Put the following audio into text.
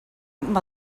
amb